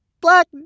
black